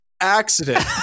accident